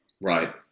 Right